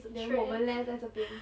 then 我们 leh 在这边